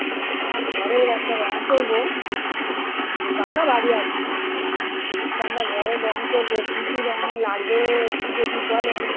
বলছি আমার ঘরের একটা রং করব দু কামরা বাড়ি আর কি দু কামরা ঘরে রং করব কী কী রং লাগবে একটু যদি বলেন